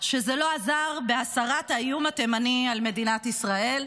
שזה לא עזר בהסרת האיום התימני על מדינת ישראל.